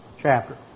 chapter